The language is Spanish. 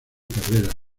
carreras